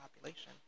population